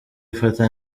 ufata